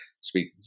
speak